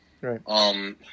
Right